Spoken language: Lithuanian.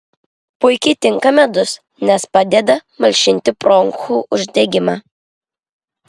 puikiai tinka medus nes padeda malšinti bronchų uždegimą